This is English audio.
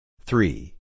Three